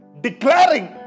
declaring